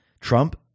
Trump